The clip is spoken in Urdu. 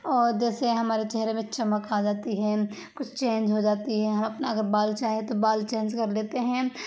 اور جیسے ہمارے چہرے میں چمک آ جاتی ہے کچھ چینج ہو جاتی ہے ہم اپنا اگر بال چاہے تو بال چینج کر لیتے ہیں